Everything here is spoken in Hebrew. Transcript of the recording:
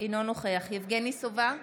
אינו נוכח יבגני סובה,